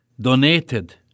donated